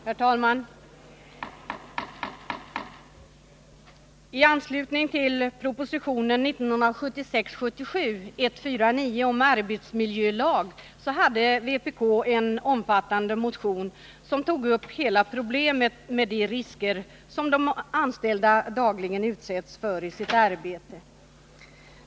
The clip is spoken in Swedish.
Herr talman! I anslutning till propositionen 1976/77:149 om arbetsmiljölag väckte vpk en omfattande motion som tog upp hela problemet med de risker som de anställda dagligen utsätts för i sitt arbete.